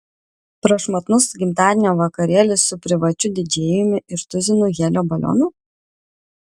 prašmatnus gimtadienio vakarėlis su privačiu didžėjumi ir tuzinu helio balionų